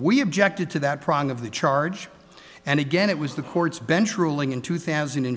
we objected to that product of the charge and again it was the court's bench ruling in two thousand and